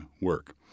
work